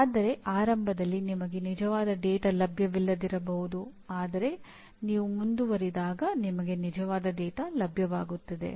ಆದರೆ ಆರಂಭದಲ್ಲಿ ನಿಮಗೆ ನಿಜವಾದ ಡೇಟಾ ಲಭ್ಯವಿಲ್ಲದಿರಬಹುದು ಆದರೆ ನೀವು ಮುಂದುವರಿದಾಗ ನಿಮಗೆ ನಿಜವಾದ ಡೇಟಾ ಲಭ್ಯವಾಗುತ್ತದೆ